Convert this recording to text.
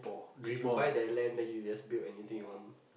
is you buy that land then you just build anything you want